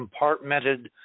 compartmented